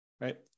right